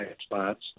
spots